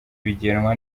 bigenwa